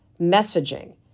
messaging